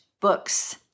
books